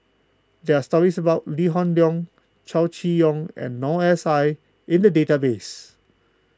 there are stories about Lee Hoon Leong Chow Chee Yong and Noor S I in the database